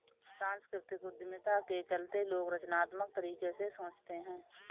सांस्कृतिक उद्यमिता के चलते लोग रचनात्मक तरीके से सोचते हैं